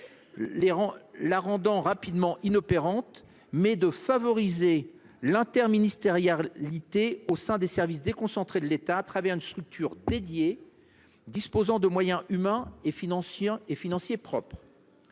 la rendrait rapidement inopérante, mais de favoriser l'interministérialité au sein des services déconcentrés de l'État à travers une structure dédiée, disposant de moyens humains et financiers propres.